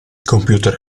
computer